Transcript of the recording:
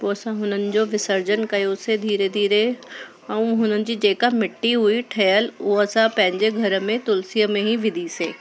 पोइ असां उन्हनि जो विसर्जन कयोसीं धीरे धीरे अऊं उन्हनि जी जेका मिट्टी हुई ठहियलु उहा असां पंहिंजे घर में तुलसीअ में ई विधीसीं